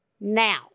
now